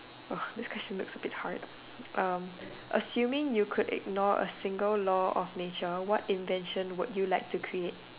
oh this question looks a bit hard uh assuming you could ignore a single law of nature what invention would you like to create